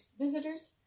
visitors